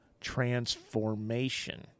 transformation